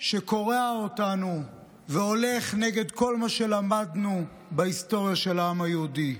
שקורע אותנו והולך נגד כל מה שלמדנו בהיסטוריה של העם היהודי.